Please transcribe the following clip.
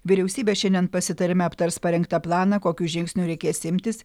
vyriausybė šiandien pasitarime aptars parengtą planą kokių žingsnių reikės imtis